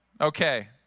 Okay